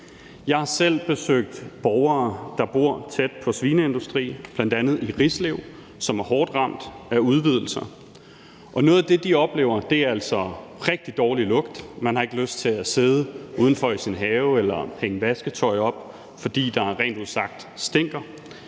Jeg har selv besøgt borgere, der bor tæt på svineindustri, bl.a. i Rislev, som er hårdt ramt af udvidelser. Og noget af det, de oplever, er altså rigtig dårlig lugt. Man har ikke lyst til at sidde udenfor i sin have eller hænge vasketøj op, fordi der rent ud sagt stinker.